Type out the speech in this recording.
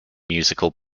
musical